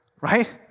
Right